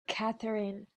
catherine